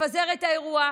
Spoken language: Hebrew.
לפזר את האירוע,